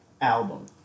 album